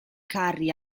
carri